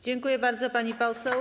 Dziękuję bardzo, pani poseł.